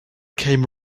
came